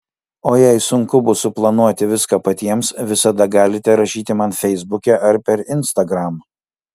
o jei sunku bus suplanuoti viską patiems visada galite rašyti man feisbuke ar per instagram